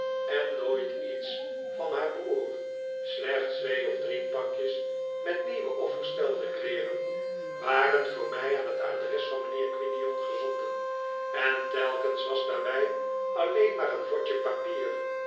en nooit iets van haar broer slechts twee of drie pakjes met nieuwe of verstelde kleeren waren voor mij aan het adres van mijnheer quinion gezonden en telkens was daarbij alleen maar een vodje papier